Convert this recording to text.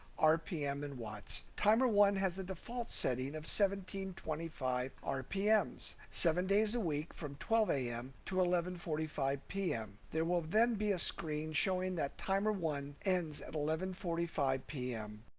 rpm and watts. timer one has the default setting of seventeen twenty five rpms seven days a week from twelve am to eleven forty five pm. there will then be a screen showing that however one ends at eleven forty five pm.